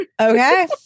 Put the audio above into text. Okay